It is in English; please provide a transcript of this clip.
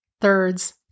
thirds